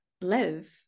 live